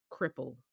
cripple